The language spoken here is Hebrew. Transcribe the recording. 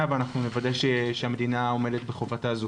ואנחנו נוודא שהמדינה עומדת בחובתה זו.